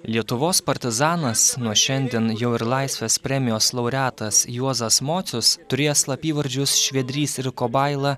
lietuvos partizanas nuo šiandien jau ir laisvės premijos laureatas juozas mocius turėję slapyvardžius švedrys ir kabaila